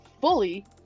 fully